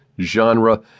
genre